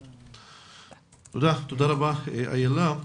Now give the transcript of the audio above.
תודה, תודה רבה אילה.